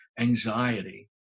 anxiety